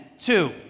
two